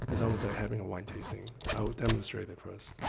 it's almost like having a wine tasting. i will demonstrate it for us.